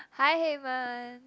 hi Haymond